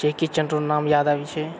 जैकी Chan रऽ नाम याद आबै छै